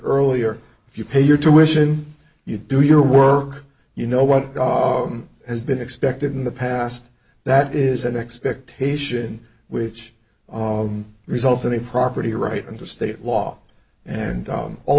earlier if you pay your tuition you do your work you know what god has been expected in the past that is an expectation which results in a property right under state law and on all